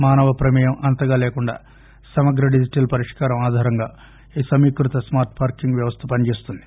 మానవ ప్రమేయం అంతగా లేకుండా సమగ్ర డిజిటల్ పరిష్కారం ఆధారంగా ఈ సమీకృత స్కార్ట్ పార్కింగ్ వ్యవస్థ పనిచేస్తుంది